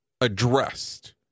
addressed